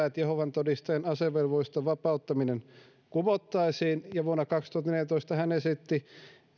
että jehovan todistajien asevelvollisuudesta vapauttaminen kumottaisiin ja vuonna kaksituhattaneljätoista hän esitti